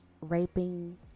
raping